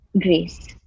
grace